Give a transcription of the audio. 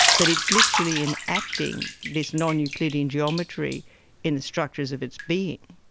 but it's literally enacting this non-euclidean geometry in the structures of its being.